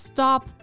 Stop